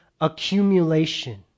accumulation